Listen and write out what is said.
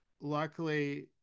Luckily